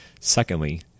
Secondly